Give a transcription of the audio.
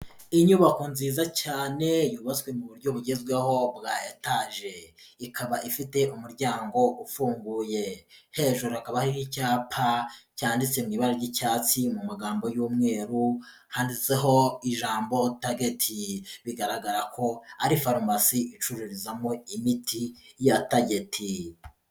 Inyubako nziza cyane yubatswe mu buryo bugezweho bwa etaje, ikaba ifite umuryango ufunguye, hejuru hakaba hariho icyapa cyanditse mu ibara ry'icyatsi mu magambo y'umweru handitseho ijambo tageti, bigaragara ko ari farumasi icururizamo imiti ya tageti.